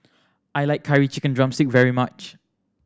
I like Curry Chicken drumstick very much